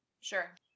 Sure